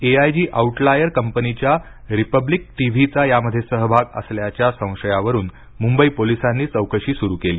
A I G outlier कंपनीच्या republic टीव्हीचा यामध्ये सहभाग असल्याच्या संशयावरून मुंबई पोलिसांनी चौकशी सुरू केली